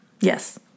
Yes